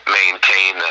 maintain